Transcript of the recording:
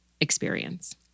experience